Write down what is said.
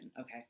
okay